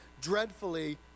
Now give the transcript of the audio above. dreadfully